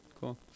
Cool